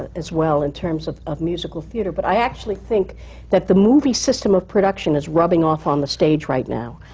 as well, in terms of of musical theatre, but i actually think that the movie system of production is rubbing off on the stage right now.